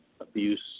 abuse